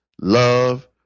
love